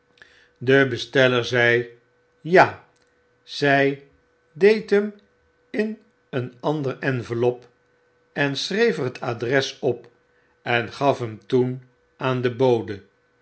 de besteller zei ja zij deed hem in een ander enveloppe schreef er het adres op engafhem toen aan den bode